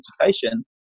education